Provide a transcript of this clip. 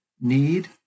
Need